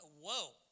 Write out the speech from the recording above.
whoa